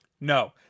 no